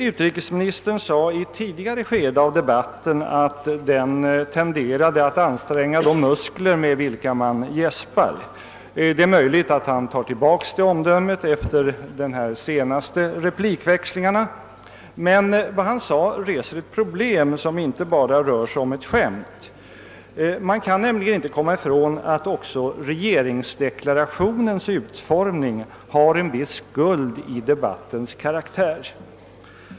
Utrikesministern sade i ett tidigare skede av debatten att den tenderade att anstränga de muskler med vilka man gäspar. Det är möjligt att han tar tillbaka det påståendet efter de senaste replikväxlingarna. Vad han sade visar emellertid på ett problem, som inte bara är att skämta med. Man kan inte komma ifrån att också regeringsdeklarationens utformning har en viss skuld till debattens karaktär.